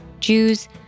Jews